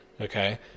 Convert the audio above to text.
okay